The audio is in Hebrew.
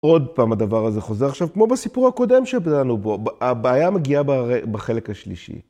עוד פעם הדבר הזה חוזר עכשיו כמו בסיפור הקודם שלנו, הבעיה מגיעה בחלק השלישי.